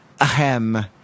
ahem